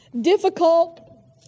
difficult